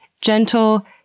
gentle